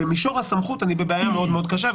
במישור הסמכות אני בבעיה מאוד מאוד קשה,